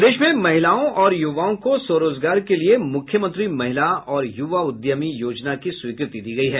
प्रदेश में महिलाओं और युवाओं को स्वरोजगार के लिए मुख्यमंत्री महिला और युवा उद्यमी योजना की स्वीकृति दी गयी है